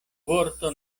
vorto